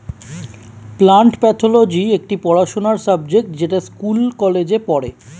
plant pathology একটি পড়াশোনার subject যেটা স্কুল কলেজে পড়ে